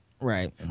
Right